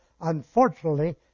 Unfortunately